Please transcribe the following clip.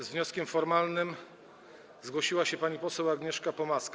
Z wnioskiem formalnym zgłosiła się pani poseł Agnieszka Pomaska.